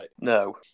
No